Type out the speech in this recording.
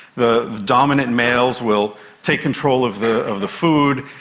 the dominant males will take control of the of the food,